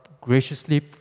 graciously